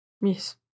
Yes